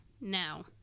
now